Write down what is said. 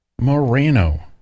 Moreno